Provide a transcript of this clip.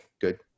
good